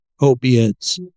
opiates